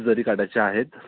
जरीकाठाच्या आहेत